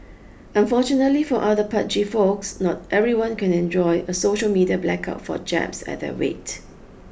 unfortunately for other pudgy folks not everyone can enjoy a social media blackout for jabs at their weight